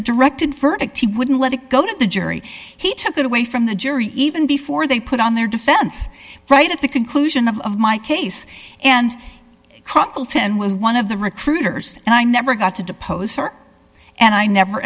a directed verdict he wouldn't let it go to the jury he took that away from the jury even before they put on their defense right at the conclusion of my case and chronicle ten was one of the recruiters and i never got to depose her and i never